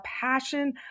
passion